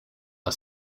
are